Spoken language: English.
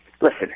Listen